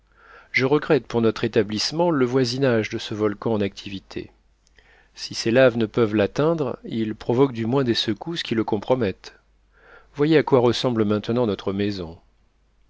je regrette pour notre établissement le voisinage de ce volcan en activité si ses laves ne peuvent l'atteindre il provoque du moins des secousses qui le compromettent voyez à quoi ressemble maintenant notre maison